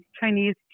Chinese